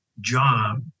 job